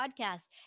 podcast